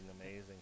amazing